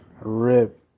Rip